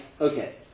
okay